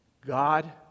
God